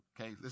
okay